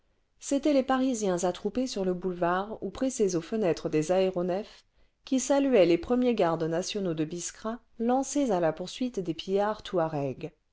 c'étaient les parisiens attroupés sur le boulevard ou pressés aux fenêtres des aéronefs qui saluaient les premiers gardes nationaux de biskra lancés à la poursuite des pillards touaregs